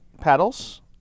paddles